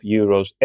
euros